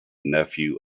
nephew